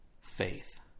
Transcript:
faith